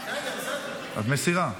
מסירים?